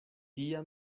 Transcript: tia